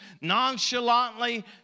nonchalantly